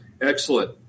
Excellent